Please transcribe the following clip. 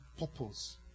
purpose